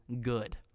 good